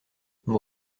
vous